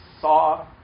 saw